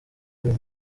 w’uyu